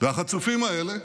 והחצופים האלה